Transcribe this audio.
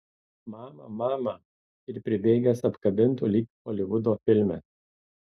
mama mama ir pribėgę apkabintų lyg holivudo filme